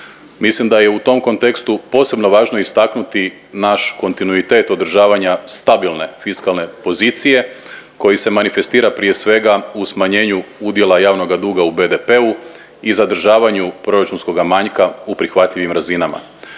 Mislim da je i u tom kontekstu posebno važno istaknuti naš kontinuitet održavanja stabilne fiskalne pozicije koji se manifestira prije svega u smanjenju udjela javnoga duga u BDP-u i zadržavanju proračunskoga manjka u prihvatljiv razinama.